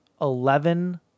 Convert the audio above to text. eleven